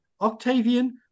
Octavian